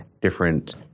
different